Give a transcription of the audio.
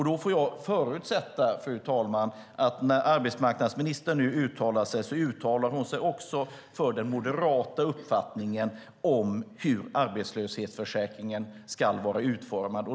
Då får jag förutsätta, fru talman, att arbetsmarknadsministern när hon nu uttalar sig även uttalar sig om den moderata uppfattningen om hur arbetslöshetsförsäkringen ska vara utformad.